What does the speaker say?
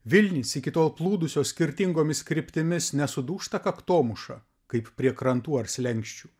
vilnys iki tol plūdusios skirtingomis kryptimis nesudūžta kaktomuša kaip prie krantų ar slenksčių